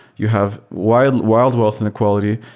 you have wild wild wealth inequality.